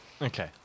Okay